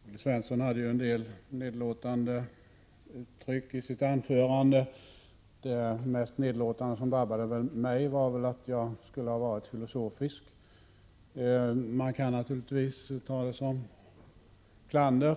Herr talman! Olle Svensson använde en del nedlåtande uttryck i sitt anförande. Det mot mig mest nedlåtande var att jag skulle ha varit filosofisk. Man kan naturligtvis ta det som klander,